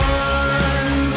one